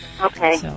okay